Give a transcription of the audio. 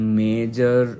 major